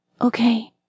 Okay